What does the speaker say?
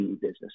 business